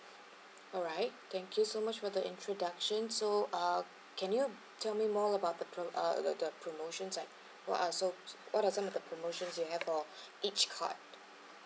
alright thank you so much for the introduction so uh can you tell me more about the pro~ uh the the promotions like what are so what are some of the promotion you have for each card